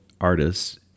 artists